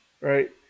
right